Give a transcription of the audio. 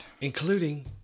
Including